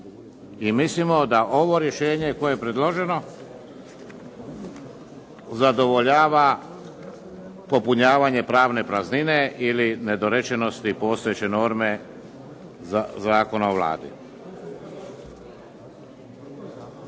I mislimo da ovo rješenje koje je predloženo zadovoljava popunjavanje pravne praznine ili nedorečenosti postojeće norme Zakona o Vladi.